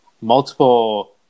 multiple